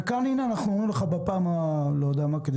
אנחנו אומרים לך בפעם המי יודע כמה,